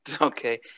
okay